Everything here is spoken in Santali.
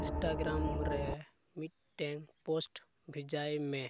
ᱤᱱᱥᱴᱟᱨᱜᱟᱢ ᱨᱮ ᱢᱤᱫᱴᱮᱱ ᱯᱳᱥᱴ ᱵᱷᱮᱡᱟᱭ ᱢᱮ